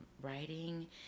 writing